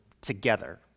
together